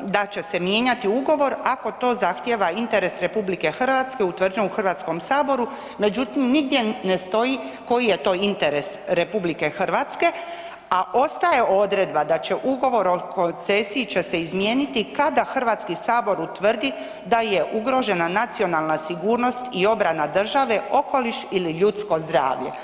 da će se mijenjati ugovor ako to zahtijeva interes RH utvrđen u Hrvatskom saboru međutim nigdje ne stoji koji je to interes RH a ostaje odredba da će ugovor o koncesiji će se izmijeniti kada Hrvatski sabor utvrdi da je ugrožena nacionalna sigurnost i obrana države, okoliš ili ljudsko zdravlje.